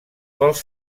pels